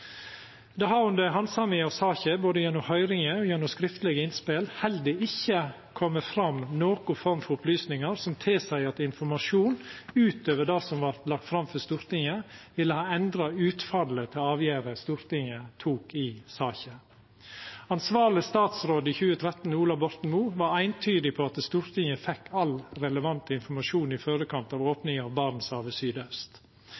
Det har under handsaminga av saka både gjennom høyringa og gjennom skriftlege innspel heller ikkje kome fram noka form for opplysningar som tilseier at informasjon utover det som vart lagt fram for Stortinget, ville ha endra utfallet til avgjerda Stortinget tok i saka. Ansvarleg statsråd i 2013, Ola Borten Moe, var eintydig på at Stortinget fekk all relevant informasjon i førekant av